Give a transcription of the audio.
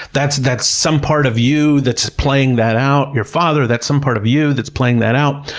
that's that's some part of you that's playing that out, your father, that's some part of you that's playing that out.